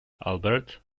albert